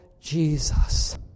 Jesus